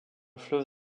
fleuve